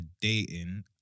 dating